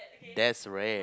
that's rare